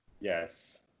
Yes